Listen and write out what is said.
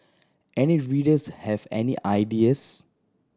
any readers have any ideas